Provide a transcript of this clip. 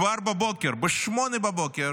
כבר בבוקר, ב-08:00,